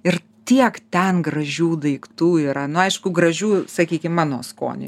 ir tiek ten gražių daiktų yra nu aišku gražių sakykim mano skoniui